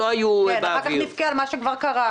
אחר-כך נבכה על מה שכבר קרה.